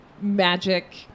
magic